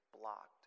blocked